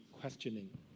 questioning